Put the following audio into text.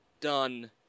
done